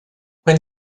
when